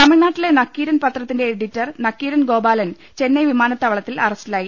തമിഴ്നാട്ടിലെ നക്കീരൻ പത്രത്തിന്റെ എഡിറ്റർ നക്കീരൻ ഗോപാലൻ ചെന്നൈ വിമാനത്താവളത്തിൽ അറസ്റ്റിലായി